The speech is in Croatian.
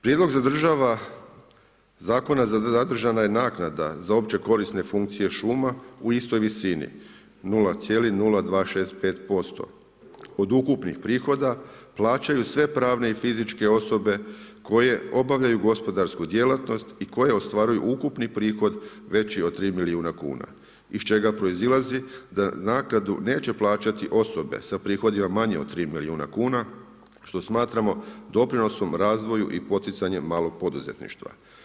Prijedlog zadržava, zadržana je naknada za opće korisne funkcije šuma u istoj visini 0,0265% od ukupnih prihoda plaćaju sve pravne i fizičke osobe koje obavljaju gospodarsku djelatnost i koje ostvaruju ukupni prihod veći od 3 milijuna kuna iz čega proizilazi da naknadu neće plaćati osobe sa prihodima manjim od 3 milijuna kuna, što smatramo doprinosom razvoju i poticanjem malog poduzetništva.